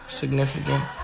significant